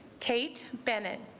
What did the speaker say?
kate bennett